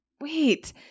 Wait